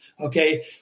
Okay